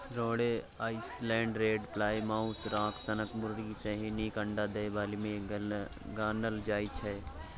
रोडे Island Red, Plymouth Rock सनक मुरगी सेहो नीक अंडा दय बालीमे गानल जाइ छै